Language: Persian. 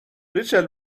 ریچل